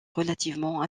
relativement